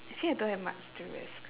actually I don't have much to risk